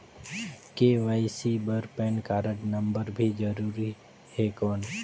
KYC बर PAN card number भी जरूरी हे कौन?